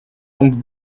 donc